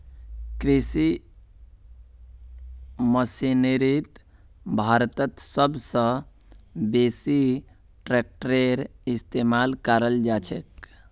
कृषि मशीनरीत भारतत सब स बेसी ट्रेक्टरेर इस्तेमाल कराल जाछेक